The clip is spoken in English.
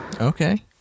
Okay